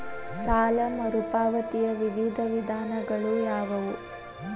ಸಾಲ ಮರುಪಾವತಿಯ ವಿವಿಧ ವಿಧಾನಗಳು ಯಾವುವು?